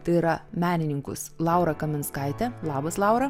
tai yra menininkus laura kaminskaitė labas laura